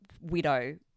widow